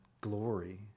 glory